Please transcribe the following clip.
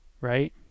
right